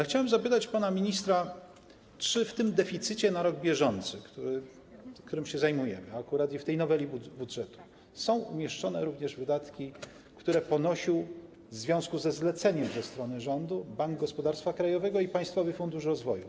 Chciałem zapytać pana ministra, czy w tym deficycie na rok bieżący, którym się akurat zajmujemy w tej noweli budżetu, są umieszczone również wydatki, które ponosił w związku ze zleceniem ze strony rządu Bank Gospodarstwa Krajowego i Polski Fundusz Rozwoju?